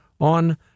on